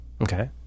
Okay